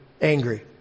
angry